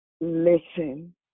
listen